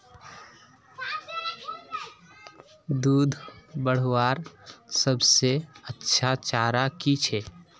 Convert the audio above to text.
दूध बढ़वार सबसे अच्छा चारा की छे?